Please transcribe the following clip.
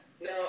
No